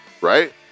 right